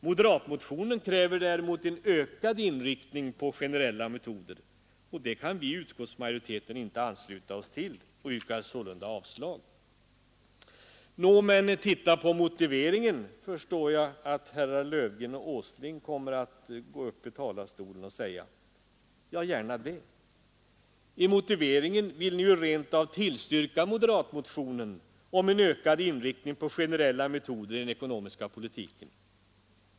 Moderatmotionen kräver däremot en ökad inriktning på generella metoder. Det kan vi i utskottsmajoriteten inte ansluta oss till och yrkar sålunda avslag. Nå, men titta på motiveringen, förstår jag att herrar Löfgren och Åsling kommer att säga. Ja, gärna det. I motiveringen vill ni ju rent av tillstyrka moderatmotionen om en ökad inriktning på generella metoder i den ekonomiska politiken!